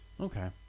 Okay